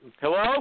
hello